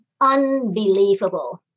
unbelievable